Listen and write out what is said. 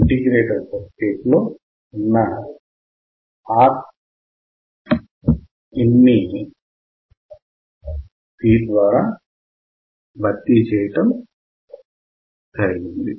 integrator circuit లో ఉన్న Rin ని C ద్వారా భర్తీ చేయటం జరిగింది